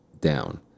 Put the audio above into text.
down